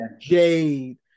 Jade